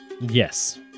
Yes